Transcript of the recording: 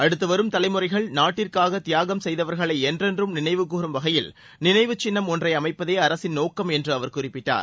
அடுத்து வரும் தலைமுறைகள் நாட்டிற்காக தியாகம் செய்தவர்களை என்றென்றும் நினைவுகூறும் வகையில் நினைவு சின்னம் ஒன்றை அமைப்பதே அரசின் நோக்கம் என்று அவர் குறிப்பிட்டார்